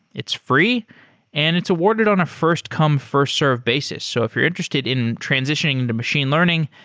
it's free and it's awarded on a first-come first-served basis. so if you're interested in transitioning into machine learning,